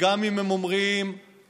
וגם אם הם אומרים משפט